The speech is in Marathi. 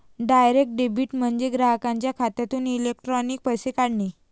डायरेक्ट डेबिट म्हणजे ग्राहकाच्या खात्यातून इलेक्ट्रॉनिक पैसे काढणे